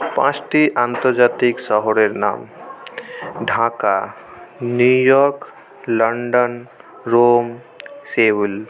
পাঁচটি আন্তর্জাতিক শহরের নাম Dhaka New York London Rome Seoul